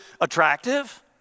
attractive